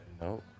No